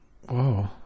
whoa